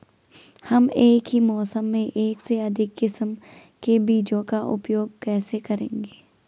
हम एक ही मौसम में एक से अधिक किस्म के बीजों का उपयोग कैसे करेंगे?